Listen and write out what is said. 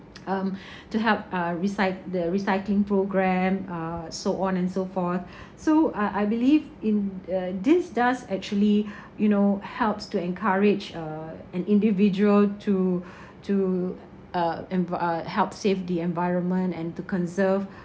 um to help uh recy~ the recycling program uh so on and so forth so I I believe in uh this does actually you know helps to encourage uh an individual to to uh envi~ help save the environment and to conserve